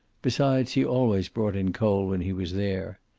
besides, he always brought in coal when he was there.